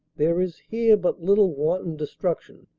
there is here but little wan ton destruction,